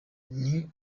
nti